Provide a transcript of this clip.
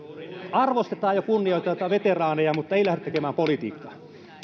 arvostetaan ja kunnioitetaan veteraaneja mutta ei lähdetä tekemään politiikkaa